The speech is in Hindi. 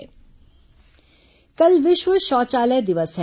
विश्व शौचालय दिवस कल विश्व शौचालय दिवस है